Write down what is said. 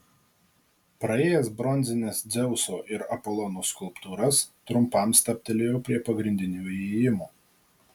praėjęs bronzines dzeuso ir apolono skulptūras trumpam stabtelėjau prie pagrindinio įėjimo